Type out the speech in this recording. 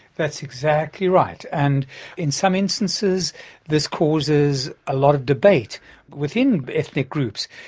that's exactly right, and in some instances this causes a lot of debate within ethnic groups,